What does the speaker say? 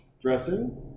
dressing